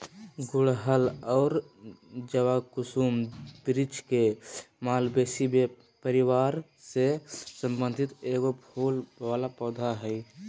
गुड़हल और जवाकुसुम वृक्ष के मालवेसी परिवार से संबंधित एगो फूल वला पौधा हइ